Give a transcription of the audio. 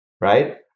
right